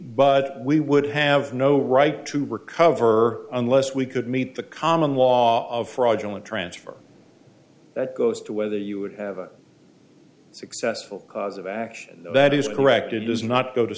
but we would have no right to recover unless we could meet the common law of fraudulent transfer that goes to whether you would have a successful cause of action that is correct it does not go to